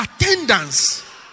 attendance